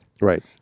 Right